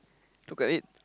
look at it